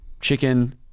chicken